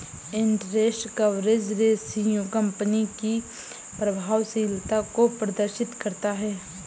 interest coverage ratio company की प्रभावशीलता को प्रदर्शित करता है